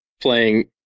playing